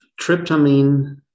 tryptamine